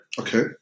Okay